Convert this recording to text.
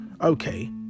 okay